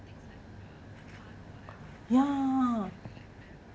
ya